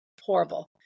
horrible